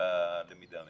הלמידה המקוונת.